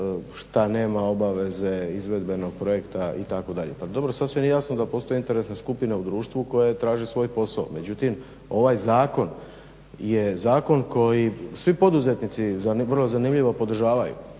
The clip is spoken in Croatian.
šta nema obaveze izvedbenog projekta itd. Pa dobro sasvim je jasno da postoje interesne skupine u društvu koje traže svoj posao, međutim ovaj zakon je zakon koji svi poduzetnici vrlo zanimljivo podržavaju.